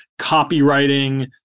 copywriting